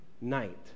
night